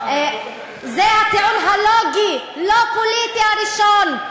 זה הטיעון הלוגי, לא הפוליטי, הראשון.